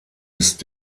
ist